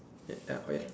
ya wait